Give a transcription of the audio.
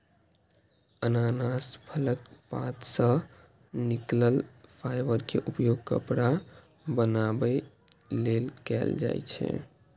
अनानास फलक पात सं निकलल फाइबर के उपयोग कपड़ा बनाबै लेल कैल जाइ छै